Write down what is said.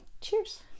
cheers